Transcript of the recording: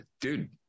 dude